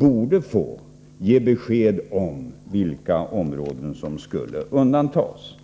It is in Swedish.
redan från början skulle kunna ge besked om vilka områden som skulle undantas.